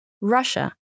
Russia